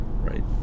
right